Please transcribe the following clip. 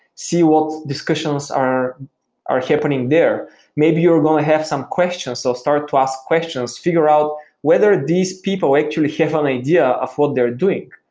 see what discussions are are happening there maybe you're going to have some questions, so start to ask questions, figure out whether these people actually have an idea of what they're doing.